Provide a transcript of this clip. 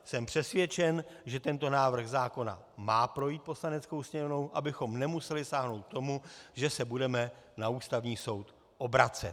Jsem přesvědčen, že tento návrh zákona má projít Poslaneckou sněmovnou, abychom nemuseli sáhnout k tomu, že se budeme na Ústavní soud obracet.